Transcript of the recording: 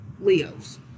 Leo's